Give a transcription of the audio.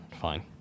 Fine